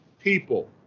people